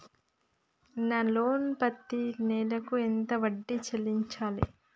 నా లోను పత్తి నెల కు ఎంత వడ్డీ చెల్లించాలి?